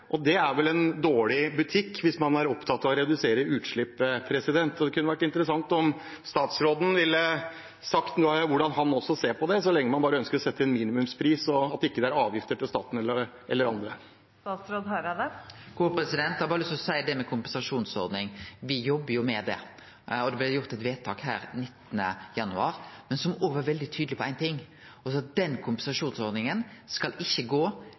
og det er vel dårlig butikk hvis man er opptatt av å redusere utslipp? Det kunne vært interessant om statsråden ville sagt noe om hvordan han ser på det, så lenge man bare ønsker å sette en minimumspris, og at det ikke er avgifter til staten eller andre. Til det med kompensasjonsordning har eg lyst til å seie at det jobbar me med. Det blei gjort eit vedtak her 19. januar, men som òg var veldig tydeleg på ein ting: Den kompensasjonsordninga skal ikkje gå